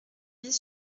bis